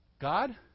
God